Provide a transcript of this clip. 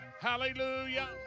Hallelujah